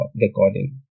recording